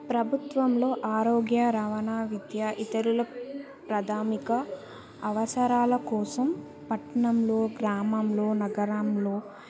ప్రభుత్వంలో ఆరోగ్య రవాణా విద్య ఇతరుల ప్రాథమిక అవసరాల కోసం పట్నంలో గ్రామంలో నగరంలో